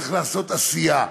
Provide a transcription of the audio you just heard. צריך לעשות עשייה.